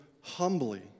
humbly